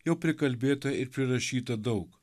jau prikalbėta ir prirašyta daug